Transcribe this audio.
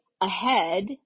ahead